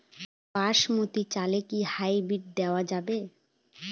বাসমতী চালে কি হাইব্রিড দেওয়া য়ায়?